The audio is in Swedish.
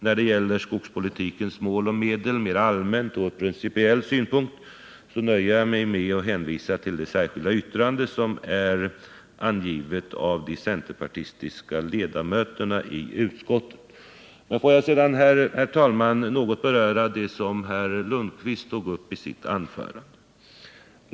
När det gäller skogspolitiken som mål och medel mera allmänt och ur principiell synpunkt nöjer jag mig därför i dag med att hänvisa till det särskilda yttrande som är avgivet av de centerpartistiska ledamöterna i utskottet. Får jag sedan, herr talman, något beröra det som herr Lundkvist tog upp i sitt anförande.